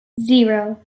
zero